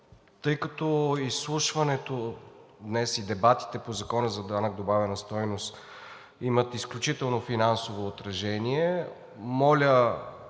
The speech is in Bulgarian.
Тъй като изслушването днес и дебатите по Закона за данък върху добавената стойност имат изключително финансово отражение, моля